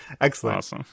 Excellent